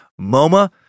MoMA